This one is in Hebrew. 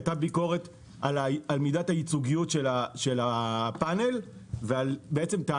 הייתה ביקורת על מידת הייצוגיות של הפאנל וטענות